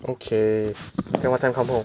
okay then what time come home